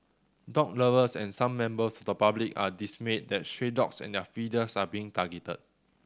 dog lovers and some members of the public are dismayed that stray dogs and their feeders are being targeted